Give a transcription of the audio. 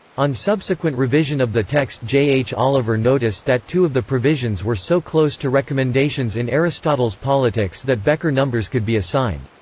on subsequent revision of the text j h. oliver noticed that two of the provisions were so close to recommendations in aristotle's politics that bekker numbers could be assigned.